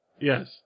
Yes